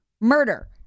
murder